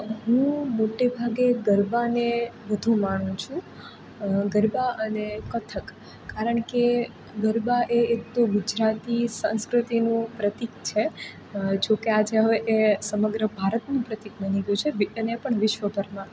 હું મોટે ભાગે ગરબાને વધુ માણું છું ગરબા અને કથક કારણ કે ગરબા એ એકતો ગુજરાતી સંસ્કૃતિનું પ્રતિક છે જોકે આજે હવે એ સમગ્ર ભારતનું પ્રતિક બની ગયું છે અને એ પણ વિશ્વભરમાં